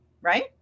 right